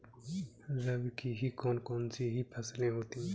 रबी की कौन कौन सी फसलें होती हैं?